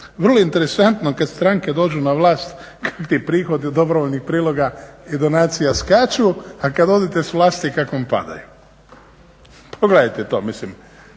Vrlo je interesantno kada stranke dođu na vlast kako ti prihodi od dobrovoljnih priloga i donacija skaču, a kada odete s vlasti kako vam padaju. Pogledajte to, mislim